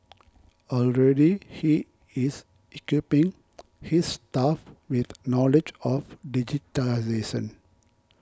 already he is equipping his staff with knowledge of digitisation